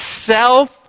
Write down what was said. self